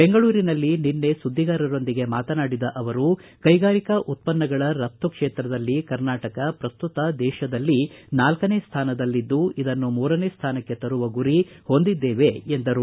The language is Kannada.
ಬೆಂಗಳೂರಿನಲ್ಲಿ ನಿನ್ನೆ ಸುದ್ದಿಗಾರರೊಂದಿಗೆ ಮಾತನಾಡಿದ ಅವರು ಕೈಗಾರಿಕಾ ಉತ್ಪನ್ನಗಳ ರಪ್ತು ಕ್ಷೇತ್ರದಲ್ಲಿ ಕರ್ನಾಟಕ ಪ್ರಸ್ತುತ ದೇಶದಲ್ಲಿ ನಾಲ್ಕನೇ ಸ್ಥಾನದಲ್ಲಿದ್ದು ಇದನ್ನು ಮೂರನೇ ಸ್ಥಾನಕ್ಕೆ ತರುವ ಗುರಿ ಹೊಂದಿದ್ದೇವೆ ಎಂದರು